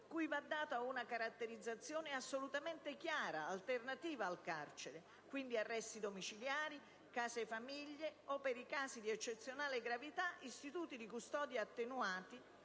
cui va data una caratterizzazione assolutamente chiara, alternativa al carcere, e quindi arresti domiciliari, case famiglia o, per i casi di eccezionale gravità, istituti di custodia attenuata